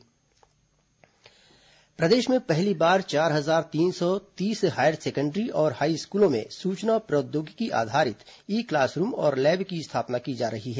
ई class room प्रदेश में पहली बार चार हजार तीन सौ तीस हायर सेकेण्डरी और हाई स्कूलों में सूचना प्रौद्योगिकी आधारित ई क्लास रूम और लैब की स्थापना की जा रही है